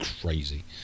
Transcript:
crazy